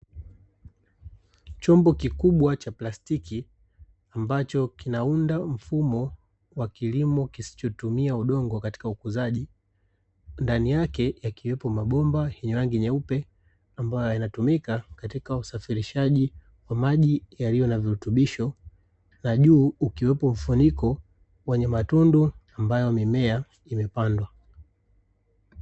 Chombo kikubwa cha plastiki, ambacho kinaunda mfumo wa kilimo kisichotumia udongo katika ukuzaji, ndani yake yakiwepo mabomba ya rangi nyeupe ambayo yanatumika katika usafirishaji wa maji yaliyo na virutubisho na juu ukiwepo mfuniko wenye matundu ambayo mimea imepandwa.